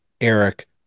Eric